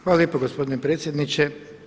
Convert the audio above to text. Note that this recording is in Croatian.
Hvala lijepo gospodine predsjedniče.